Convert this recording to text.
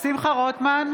שמחה רוטמן,